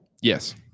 Yes